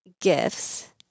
gifts